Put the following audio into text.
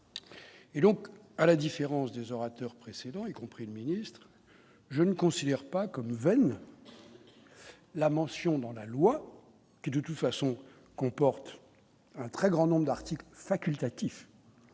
Et donc, à la différence des orateur précédent, y compris le ministre, je ne considère pas comme nouvelle la mention dans la loi qui, de toute façon, comporte un très grand nombre d'articles facultatif